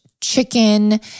chicken